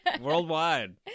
worldwide